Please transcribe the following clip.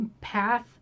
path